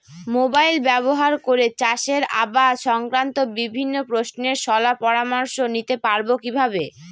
Mobile ব্যাবহার করে চাষের আবাদ সংক্রান্ত বিভিন্ন প্রশ্নের শলা পরামর্শ নিতে পারবো কিভাবে?